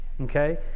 okay